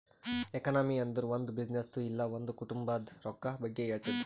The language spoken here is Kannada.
ಎಕನಾಮಿ ಅಂದುರ್ ಒಂದ್ ಬಿಸಿನ್ನೆಸ್ದು ಇಲ್ಲ ಒಂದ್ ಕುಟುಂಬಾದ್ ರೊಕ್ಕಾ ಬಗ್ಗೆ ಹೇಳ್ತುದ್